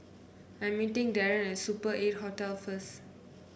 I'm meeting Darren at Super Eight Hotel first